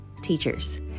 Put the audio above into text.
teachers